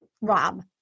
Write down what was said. Rob